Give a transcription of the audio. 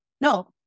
no